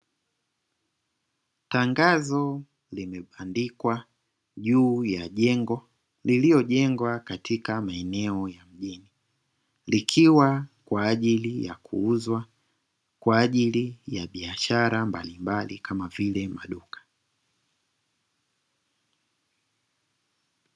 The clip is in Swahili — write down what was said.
Tangazo limebandikwa juu ya jengo lililojengwa katika maeneo ya mjini likiwa kwaajili ya kuuzwa, kwaajili ya biashara mbalimbali kama vile maduka.